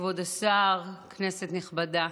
כבוד השר, כנסת נכבדה,